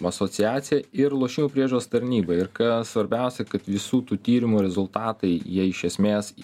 asociacija ir lošimų priežiūros tarnyba ir kas svarbiausia kad visų tų tyrimo rezultatai jie iš esmės